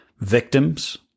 victims